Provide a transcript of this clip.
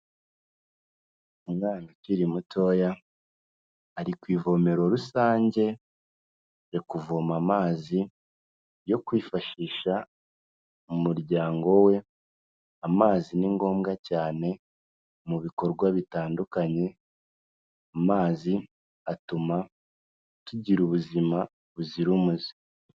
Umwana ukiri mutoya, ari ku ivomero rusange, ari kuvoma amazi yo kwifashisha mu muryango we, amazi ni ngombwa cyane mu bikorwa bitandukanye, amazi atuma tugira ubuzima buzira umuze.